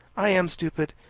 i am stupid,